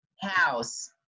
house